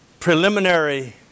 Preliminary